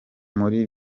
muri